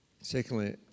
Secondly